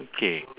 okay